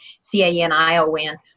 C-A-N-I-O-N